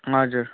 हजुर